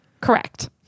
Correct